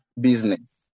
business